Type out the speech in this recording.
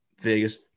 Vegas